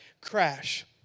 crash